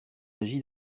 agi